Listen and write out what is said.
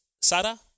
Sarah